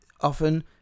often